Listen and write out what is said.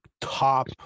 top